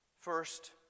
First